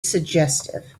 suggestive